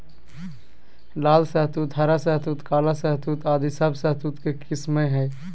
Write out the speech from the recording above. लाल शहतूत, हरा शहतूत, काला शहतूत आदि सब शहतूत के किस्म हय